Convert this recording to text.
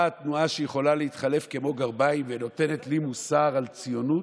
באה תנועה שיכולה להתחלף כמו גרביים ונותנת לי מוסר על ציונות?